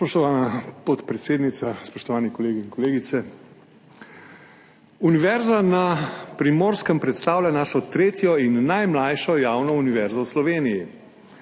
Spoštovana podpredsednica, spoštovani kolegi in kolegice! Univerza na Primorskem predstavlja našo tretjo in najmlajšo javno univerzo v Sloveniji.